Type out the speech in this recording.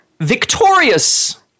victorious